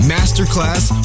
Masterclass